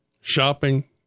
Shopping